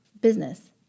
business